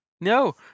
No